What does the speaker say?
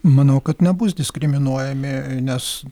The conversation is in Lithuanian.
manau kad nebus diskriminuojami nes